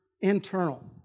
internal